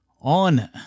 on